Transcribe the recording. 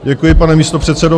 Děkuji, pane místopředsedo.